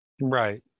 right